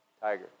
tiger